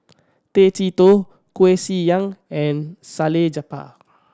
Tay Chee Toh Koeh Sia Yong and Salleh Japar